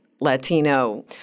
Latino